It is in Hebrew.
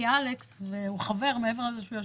כי מעבר לזה שאלכס הוא חבר ויושב-ראש,